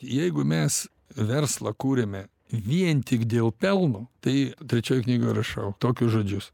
jeigu mes verslą kūrėme vien tik dėl pelno tai trečioj knygoj rašau tokius žodžius